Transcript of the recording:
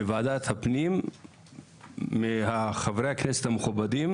בוועדת הפנים מחברי הכנסת המכובדים,